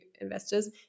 investors